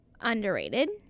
underrated